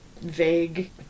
vague